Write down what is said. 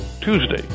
TUESDAY